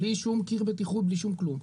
בלי שום קיר בטיחות, בלי שום כלום,